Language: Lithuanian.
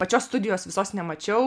pačios studijos visos nemačiau